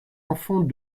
enfant